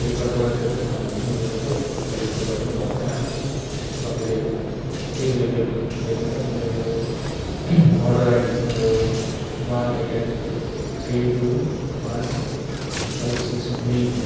फ्लिपकार्टबाट धेरै सामानहरू पनि लिइसकेँ तर यस्तो कहिले पनि भएको थिएन तपाईँले प्लिज एक खेप हेरिदिनु होस् मेरो यो अर्डर आइडी छ मेरो one eight eight three two one five six be